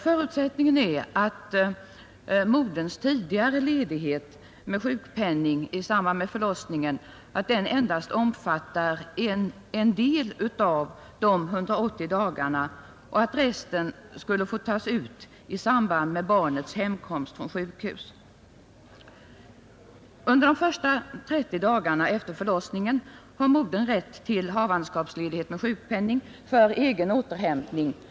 Förutsättningen är att moderns tidigare ledighet med sjukpenning i samband med förlossningen endast omfattar en del av de 180 dagarna och att resten skulle få tagas ut i samband med barnets hemkomst från sjukhus. Under de första 30 dagarna efter förlossningen har modern rätt till havandeskapsledighet med sjukpenning för egen återhämtning och vila.